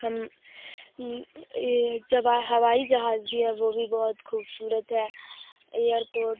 ہم ہوائی جہاز بھی ہے وہ بھی بہت خوبصورت ہے ایئرپورٹ